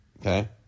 Okay